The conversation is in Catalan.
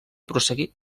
prosseguí